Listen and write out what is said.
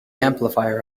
amplifier